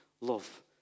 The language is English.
love